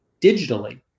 digitally